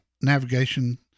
navigation